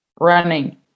Running